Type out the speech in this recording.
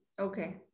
Okay